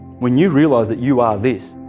when you realize that you are this